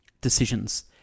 Decisions